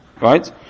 right